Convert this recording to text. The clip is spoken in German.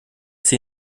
sie